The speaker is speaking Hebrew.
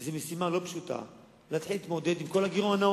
וזו משימה לא פשוטה להתחיל להתמודד עם כל הגירעונות.